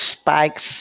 spikes